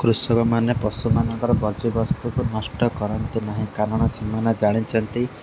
କୃଷକମାନେ ପଶୁମାନଙ୍କର ବଜ୍ୟସ୍ତୁକୁ ନଷ୍ଟ କରନ୍ତି ନାହିଁ କାରଣ ସେମାନେ ଜାଣିଛନ୍ତି